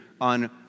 on